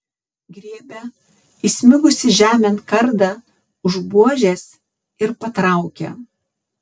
griebia įsmigusį žemėn kardą už buožės ir patraukia